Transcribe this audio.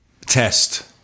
test